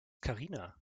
karina